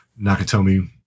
Nakatomi